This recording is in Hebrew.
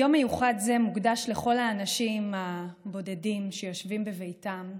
יום מיוחד זה מוקדש לכל האנשים הבודדים שיושבים בביתם,